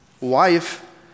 wife